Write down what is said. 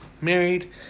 Married